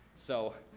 so.